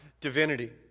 divinity